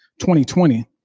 2020